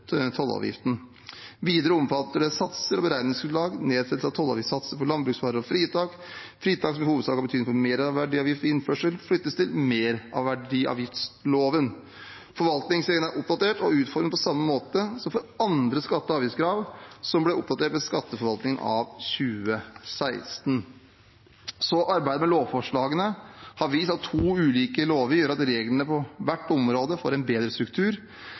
tollavgiften. Videre omfatter det satser og beregningsgrunnlag, nedsettelse av tollavgiftssatser for landbruksvarer og fritak. Fritak som i hovedsak har betydning for merverdiavgift ved innførsel, flyttes til merverdiavgiftsloven. Forvaltningsreglene er oppdatert og utformet på samme måte som for andre skatte- og avgiftskrav, som ble oppdatert ved skatteforvaltningsloven av 2016. Arbeidet med lovforslagene har vist at to ulike lover gjør at reglene på hvert område får en bedre struktur.